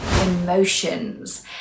emotions